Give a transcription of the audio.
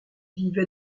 vivait